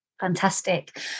Fantastic